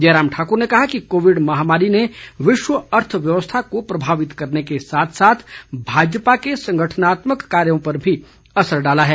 जयराम ठाकुर ने कहा कि कोविड महामारी ने विश्व अर्थव्यवस्था को प्रभावित करने के साथ साथ भाजपा के संगठनात्मक कार्यों पर भी असर डाला है